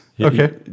Okay